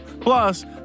Plus